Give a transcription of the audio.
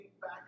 back